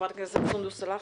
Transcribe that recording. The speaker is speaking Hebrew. חברת הכנסת סודוס סאלח.